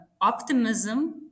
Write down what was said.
optimism